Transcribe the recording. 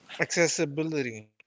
Accessibility